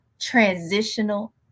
transitional